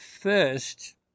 first